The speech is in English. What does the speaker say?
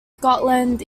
scotland